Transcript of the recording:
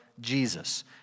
Jesus